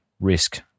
risk